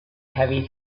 heavy